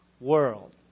world